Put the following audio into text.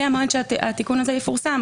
מהמועד שהתיקון הזה יפורסם,